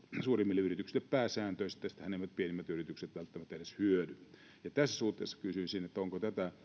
suurimmille yrityksille pääsääntöisesti tästähän eivät pienimmät yritykset välttämättä edes hyödy tässä suhteessa kysyisin onko